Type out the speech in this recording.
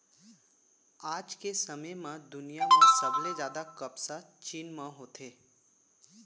आज के समे म दुनिया म सबले जादा कपसा चीन म होथे